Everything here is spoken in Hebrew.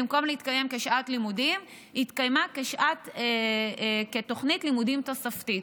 במקום להתקיים כשעת לימודים התקיימה כתוכנית לימודים תוספתית.